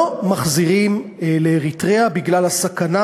לא מחזירים לאריתריאה בגלל הסכנה,